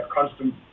Constant